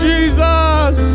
Jesus